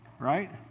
right